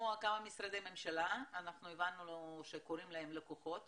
לשמוע כמה משרדי ממשלה, הבנו שקוראים להם לקוחות